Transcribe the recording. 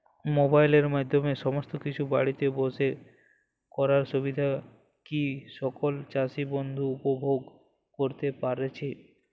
মোবাইলের মাধ্যমে সমস্ত কিছু বাড়িতে বসে করার সুবিধা কি সকল চাষী বন্ধু উপভোগ করতে পারছে?